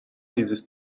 dieses